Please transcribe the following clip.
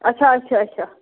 اَچھا اَچھا اَچھا